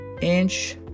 inch